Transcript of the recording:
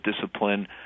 discipline